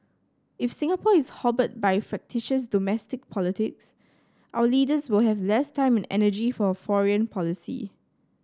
if Singapore is hobbled by fractious domestic politics our leaders will have less time energy for foreign policy